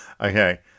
okay